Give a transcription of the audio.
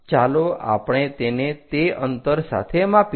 ચાલો આપણે તેને તે અંતર સાથે માપીએ